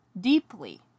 deeply